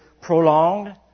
prolonged